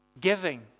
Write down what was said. giving